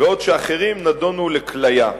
בעוד אחרים נידונו לכליה.